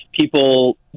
people